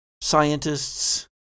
scientists